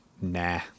Nah